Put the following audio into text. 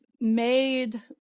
made